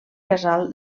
casal